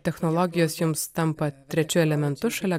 technologijos jums tampa trečiu elementu šalia